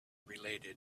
related